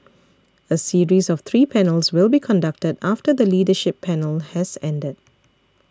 a series of three panels will be conducted after the leadership panel has ended